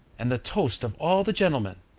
and the toast of all the gentlemen?